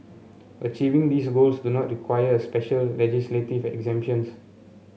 achieving these goals do not require special legislative exemptions